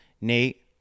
Nate